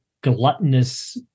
gluttonous